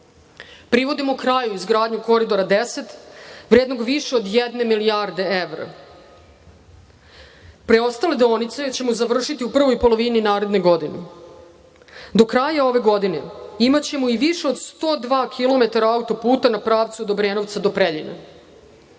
Privodimo kraju izgradnju Koridora 10, vrednog više od jedne milijarde evra. Preostale deonice ćemo završiti u prvoj polovini naredne godine. Do kraja ove godine imaćemo i više od 102 km autoputa na pravcu od Obrenovca do Preljina.